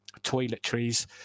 toiletries